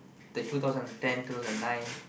the two thousand and ten two thousand and nine